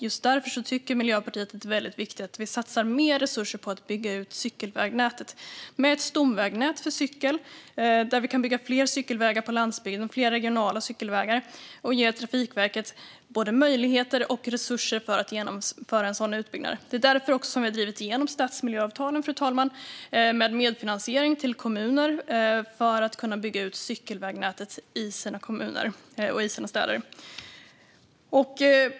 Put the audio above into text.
Just därför tycker Miljöpartiet att det är väldigt viktigt att vi satsar mer resurser på att bygga ut cykelvägnätet med ett stomvägnät för cykel. På så sätt kan vi bygga fler regionala cykelvägar på landsbygden och ge Trafikverket både möjligheter och resurser för att genomföra en sådan utbyggnad. Det är också därför som vi har drivit igenom stadsmiljöavtalen, fru talman, med medfinansiering till kommuner för att de ska kunna bygga ut sina cykelvägnät.